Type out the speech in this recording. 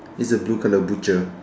it's a blue colour butchers